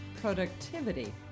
productivity